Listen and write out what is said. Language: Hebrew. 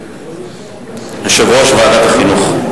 יושב-ראש ועדת החינוך.